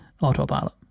autopilot